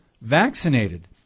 vaccinated